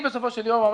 בסופו של יום,